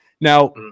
Now